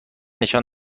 نشان